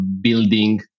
building